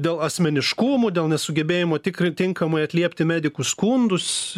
dėl asmeniškumų dėl nesugebėjimo tikri tinkamai atliepti medikų skundus